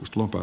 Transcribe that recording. tuoko